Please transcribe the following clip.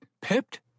pipped